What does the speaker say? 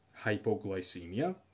hypoglycemia